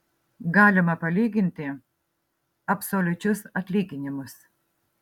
galima palyginti absoliučius atlyginimus